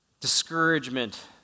discouragement